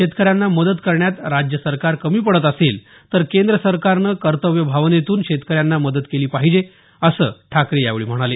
शेतकऱ्यांना मदत करण्यात राज्य सरकार कमी पडत असेल तर केंद्र सरकारने कर्तव्य भावनेतून शेतकऱ्यांना मदत केली पाहिजे असं ठाकरे म्हणाले